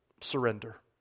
surrender